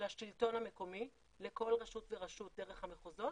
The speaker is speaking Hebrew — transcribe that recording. לשלטון המקומי, לכל רשות ורשות דרך המחוזות,